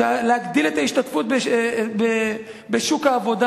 להגדיל את ההשתתפות בשוק העבודה.